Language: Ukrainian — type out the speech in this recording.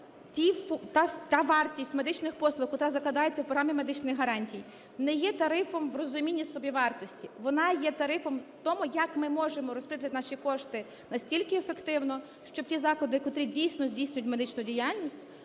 та вартість медичних послуг, котра закладається в програмі медичних гарантій, не є тарифом в розумінні собівартості, вона є тарифом в тому, як ми може розподілити наші кошти настільки ефективно, щоб ті заклади, котрі дійсно здійснюють медичну діяльність,